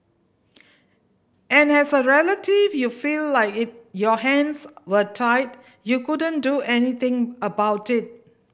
and has a relative you feel like your hands were tied you couldn't do anything about it